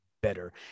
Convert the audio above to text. better